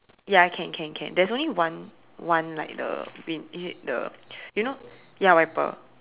ya can can can there's only one one like the wind is it the you know ya wiper